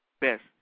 best